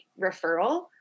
referral